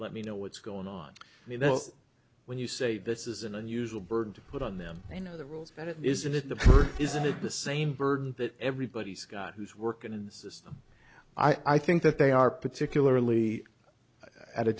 let me know what's going on you know when you say this is an unusual burden to put on them you know the rules that it isn't it isn't it the same burden that everybody's got who's working in the system i think that they are particularly at a